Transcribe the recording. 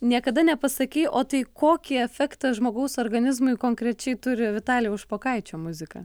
niekada nepasakei o tai kokį efektą žmogaus organizmui konkrečiai turi vitalijaus špokaičio muzika